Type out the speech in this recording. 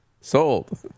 Sold